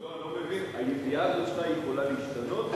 אני לא מבין, הידיעה הזאת שלך יכולה להשתנות?